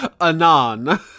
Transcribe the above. Anon